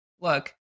look